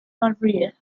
barrier